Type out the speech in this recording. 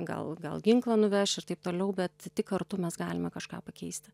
gal gal ginklą nuveš ir taip toliau bet tik kartu mes galime kažką pakeisti